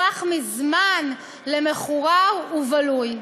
הפך מזמן למחורר ובלוי.